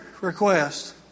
request